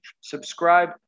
Subscribe